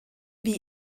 wie